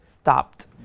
stopped